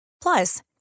Plus